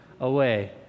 away